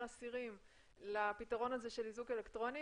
אסירים לפתרון הזה של איזוק אלקטרוני